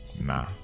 Nah